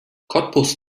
cottbus